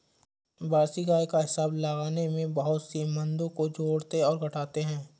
वार्षिक आय का हिसाब लगाने में बहुत सी मदों को जोड़ते और घटाते है